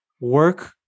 work